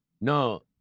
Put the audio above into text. no